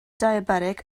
diabetic